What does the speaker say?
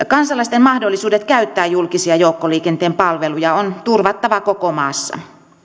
kansalaisten mahdollisuudet käyttää julkisia joukkoliikenteen palveluja on turvattava koko maassa